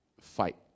fight